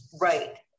Right